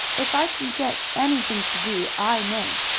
if i can get anything to do i may.